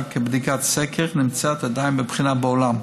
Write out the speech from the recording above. כבדיקת סקר עדיין נמצאות בבחינה בעולם,